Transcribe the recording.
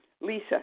Lisa